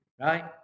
right